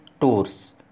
tours